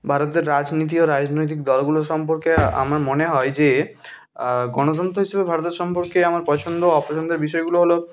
ভারতের রাজনীতি ও রাজনৈতিক দলগুলো সম্পর্কে আমার মনে হয় যে গণতন্ত্র হিসেবে ভারতের সম্পর্কে আমার পছন্দ অপছন্দের বিষয়গুলো হল